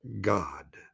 God